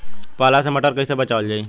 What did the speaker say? पाला से मटर कईसे बचावल जाई?